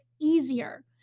easier